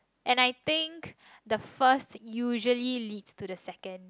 and I think the first usually leads to the second